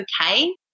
okay